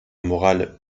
morale